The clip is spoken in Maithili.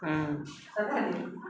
हँ कतऽ एलियै एम्हर